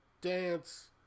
Dance